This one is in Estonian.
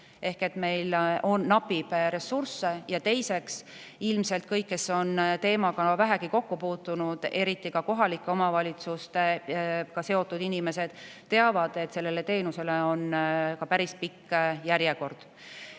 ehk meil napib ressursse. Ja teiseks, ilmselt kõik, kes on vähegi selle teemaga kokku puutunud – eriti aga kohalike omavalitsustega seotud inimesed –, teavad, et sellele teenusele on päris pikk järjekord.